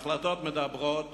ההחלטות מדברות